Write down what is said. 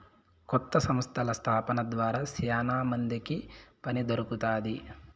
కొత్త సంస్థల స్థాపన ద్వారా శ్యానా మందికి పని దొరుకుతాది